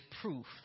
proof